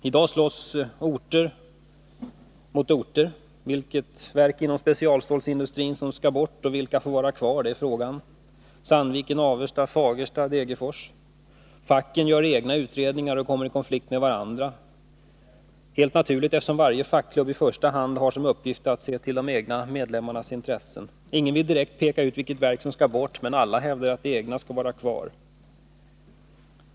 I dag slåss orter mot orter. Vilket verk inom specialstålsindustrin skall bort och vilka får vara kvar? Sandviken, Avesta, Fagersta eller Degerfors? Facken gör egna utredningar och kommer i konflikt med varandra. Det är helt naturligt, eftersom varje fackklubb i första hand har till uppgift att se till de egna medlemmarnas intressen. Ingen vill direkt utpeka det verk som skall bort, men samtliga hävdar att just det egna verket måste finnas kvar.